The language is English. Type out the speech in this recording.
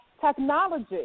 technology